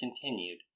continued